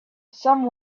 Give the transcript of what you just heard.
some